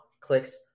clicks